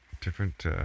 different